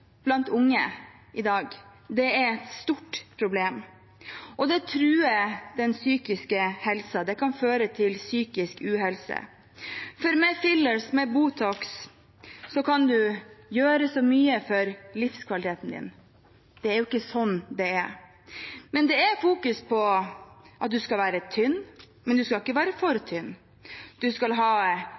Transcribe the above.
blant unge i dag er et stort problem, og det truer den psykiske helsen. Det kan føre til psykisk uhelse. Det sies at fillers og Botox kan gjøre mye for livskvaliteten din, men det er jo ikke sånn det er. Det fokuseres på at man skal være tynn, men man skal ikke være for tynn. Man skal ha